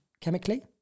chemically